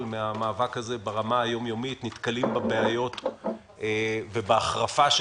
מן המאבק הזה ברמה היום-יומית ונתקלים בבעיות ובהחרפה של